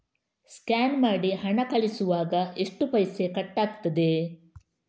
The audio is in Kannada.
ಸ್ಕ್ಯಾನ್ ಮಾಡಿ ಹಣ ಕಳಿಸುವಾಗ ಎಷ್ಟು ಪೈಸೆ ಕಟ್ಟಾಗ್ತದೆ?